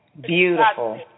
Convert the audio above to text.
beautiful